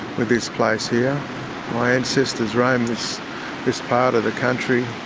with this place here. my ancestors roamed this this part of the country,